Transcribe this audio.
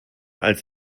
als